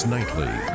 Nightly